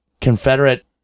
Confederate